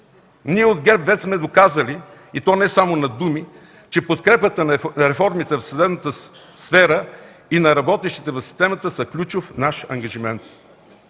Ние от ГЕРБ вече сме доказали, и то не само на думи, че подкрепата на реформите в съдебната сфера и на работещите в системата са ключов наш ангажимент.